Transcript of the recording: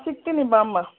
ಸಿಕ್ತೀನಿ ಬಾಮ್ಮ